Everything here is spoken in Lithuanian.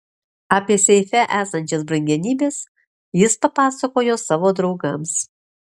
apie seife esančias brangenybes jis papasakojo savo draugams